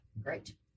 Great